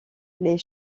les